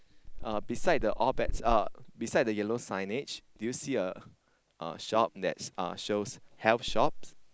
uh beside the all bets uh beside then yellow signage do you see a uh shop that's uh shows health shop